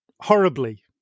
horribly